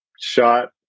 shot